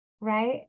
right